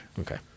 Okay